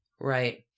Right